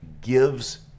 gives